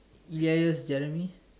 ya Jeremy